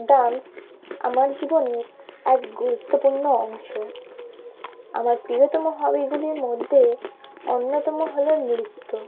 dance আমার জীবনের এক গুরুত্বপূর্ণ অংশ আমার প্রিয়তম হবিগুলির মধ্যে অন্যতম হলো নৃত্য